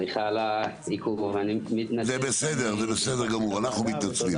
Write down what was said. זה בסדר גמור, אנחנו מתנצלים.